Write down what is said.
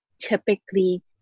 typically